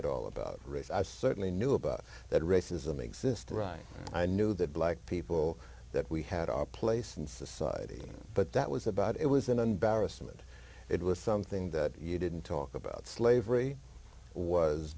at all about race i certainly knew about that racism exists right i knew that black people that we had our place in society but that was about it was in and barrus that it was something that you didn't talk about slavery was